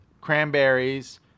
cranberries